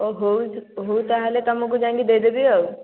ଓ ହଉ ହଉ ତାହେଲେ ତୁମକୁ ଯାଇକି ଦେଇଦେବି ଆଉ